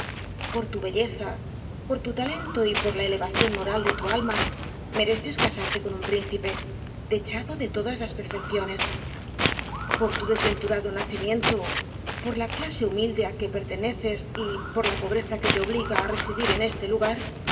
por tu belleza por tu talento y por la elevación moral de tu alma mereces casarte con un príncipe dechado de todas las perfecciones por tu desventurado nacimiento por la clase hu milde á que perteneces y por la pobreza que te obliga á residir en este lugar